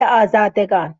آزادگان